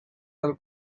del